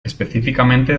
específicamente